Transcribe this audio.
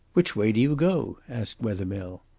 which way do you go? asked wethermill.